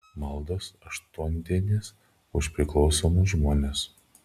maldos aštuondienis už priklausomus žmones